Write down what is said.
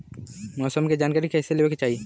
मौसम के जानकारी कईसे लेवे के चाही?